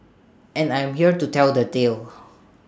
and I am here to tell the tale